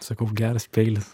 sakau geras peilis